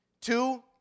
two